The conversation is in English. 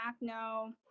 no